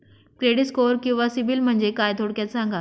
Credit score किंवा सिबिल म्हणजे काय? थोडक्यात सांगा